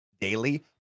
daily